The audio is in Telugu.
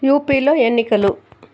యూపిలో ఎన్నికలు